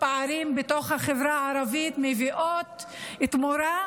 פערים בחברה הערבית ומביאות תמורה,